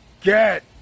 get